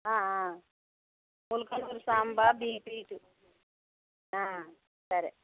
ఉల్కలూల్ sambar BPT సరే